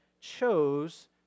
chose